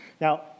Now